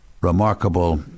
remarkable